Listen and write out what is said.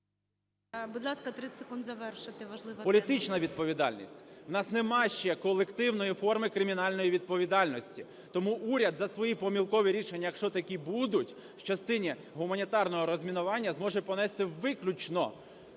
Будь ласка, 30 секунд завершити, важлива тема. ВІННИК І.Ю. …політична відповідальність. В нас нема ще колективної форми кримінальної відповідальності, тому уряд за свої помилкові рішення, якщо такі будуть, в частині гуманітарного розмінування, зможе понести виключно